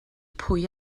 pwy